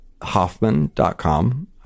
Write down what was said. hoffman.com